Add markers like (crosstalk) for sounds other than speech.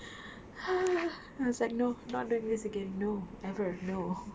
(breath) !hais! I was like no not doing this again no ever no